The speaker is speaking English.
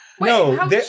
No